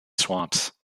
swamps